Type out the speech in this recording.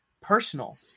personal